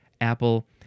Apple